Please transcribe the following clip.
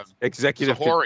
executive